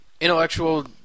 intellectual